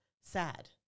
sad